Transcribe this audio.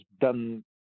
done